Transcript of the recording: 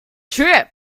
trip